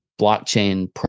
blockchain